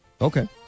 okay